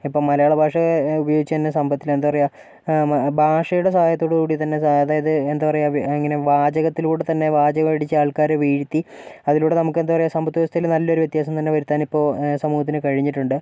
ഇപ്പം മലയാള ഭാഷ ഉപയോഗിച്ച് തന്നെ സമ്പത്തിന് എന്താ പറയുക ഭാഷയുടെ സഹായത്തോടുകൂടി തന്നെ അതായത് എന്താ പറയുക ഇങ്ങനെ വാചകത്തിലൂടെ തന്നെ വാചകമടിച്ച് ആൾക്കാരെ വീഴ്ത്തി അതിലൂടെ നമുക്ക് എന്താ പറയുക സാമ്പത്ത് വ്യവസ്ഥയില് നല്ലൊരു വ്യത്യാസം തന്നെ വരുത്താൻ ഇപ്പോൾ സമൂഹത്തിന് കഴിഞ്ഞിട്ടുണ്ട്